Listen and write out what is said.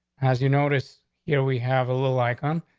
as you noticed yeah, we have a little icon,